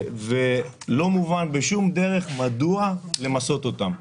ולא מובן בשום דרך מדוע יש למסות אותם.